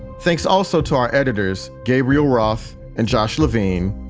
thanks also to our editors. gabriel roth and josh levine,